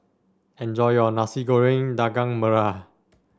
enjoy your Nasi Goreng Daging Merah